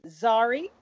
Zari